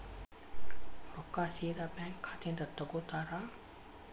ರೊಕ್ಕಾ ಸೇದಾ ಬ್ಯಾಂಕ್ ಖಾತೆಯಿಂದ ತಗೋತಾರಾ?